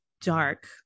dark